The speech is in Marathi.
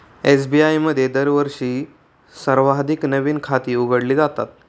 एस.बी.आय मध्ये दरवर्षी सर्वाधिक नवीन खाती उघडली जातात